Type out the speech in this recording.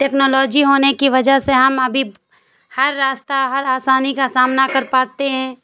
technology ہونے کی وجہ سے ہم ابھی ہر راستہ ہر آسانی کا سامنا کر پاتے ہیں